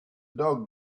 dog